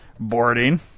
boarding